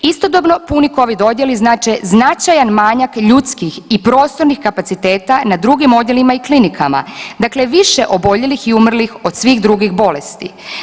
Istodobno puni covid odjeli znače značajan manjak ljudskih i prostornih kapaciteta na drugim odjelima i klinikama, dakle više oboljelih i umrlih od svih drugih bolesti.